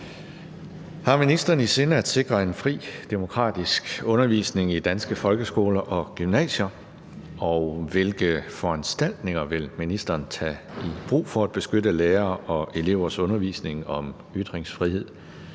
Har ministeren i sinde at sikre en fri, demokratisk undervisning i danske folkeskoler og gymnasier, og hvilke foranstaltninger vil ministeren tage i brug for at beskytte lærere og elevers undervisning om ytringsfrihed,